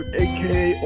aka